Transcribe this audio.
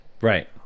Right